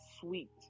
sweet